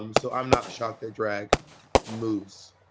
um so i'm not shocked they drag moves,